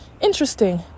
interesting